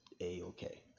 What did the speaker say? a-okay